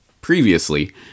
Previously